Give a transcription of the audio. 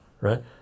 right